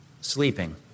sleeping